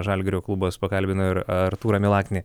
žalgirio klubas pakalbino ir artūrą milaknį